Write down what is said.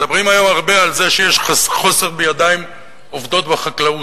מדברים היום הרבה על זה שיש חוסר בידיים עובדות בחקלאות,